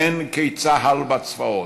אין כצה"ל בצבאות,